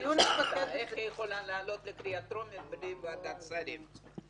איך היא יכולה לעלות לקריאה טרומית בלי ועדת שרים?